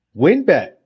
Winbet